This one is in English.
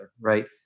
right